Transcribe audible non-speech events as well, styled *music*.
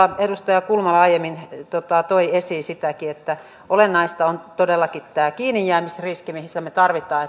edustaja kulmala aiemmin toikin esiin sitä että olennaista on todellakin tämä kiinnijäämisriski siinä me tarvitsemme *unintelligible*